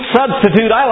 substitute